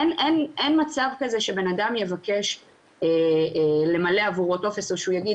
אין מצב כזה שבנאדם יבקש למלא עבורו טופס או שהוא יגיד